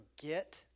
forget